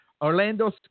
Orlando